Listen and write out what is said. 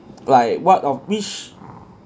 like what of which